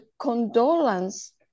condolence